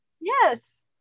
yes